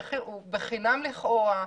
הוא בחינם לכאורה,